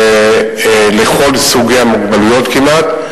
ולכל סוגי המוגבלות כמעט,